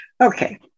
Okay